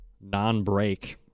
non-break